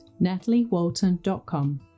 NatalieWalton.com